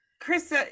Chris